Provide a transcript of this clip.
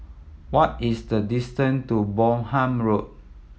what is the distant to Bonham Road